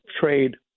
trade